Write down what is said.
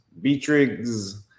Beatrix